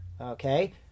okay